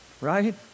right